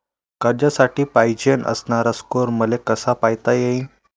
कर्जासाठी पायजेन असणारा स्कोर मले कसा पायता येईन?